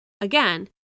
Again